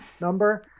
number